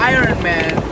Ironman